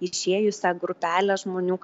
išėjusią grupelę žmonių